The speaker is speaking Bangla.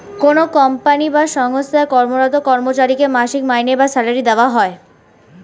কোনো কোম্পানি বা সঙ্গস্থায় কর্মরত কর্মচারীকে মাসিক মাইনে বা স্যালারি দেওয়া হয়